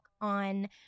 on